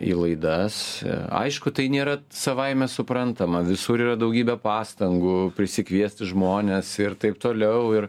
į laidas aišku tai nėra savaime suprantama visur yra daugybė pastangų prisikviesti žmones ir taip toliau ir